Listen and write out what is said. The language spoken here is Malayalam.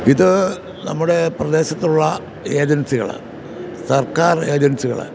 ഇത് നമ്മുടെ പ്രദേശത്തുള്ള ഏജൻസികൾ സർക്കാർ ഏജൻസികൾ